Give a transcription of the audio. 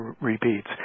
repeats